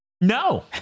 No